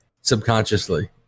subconsciously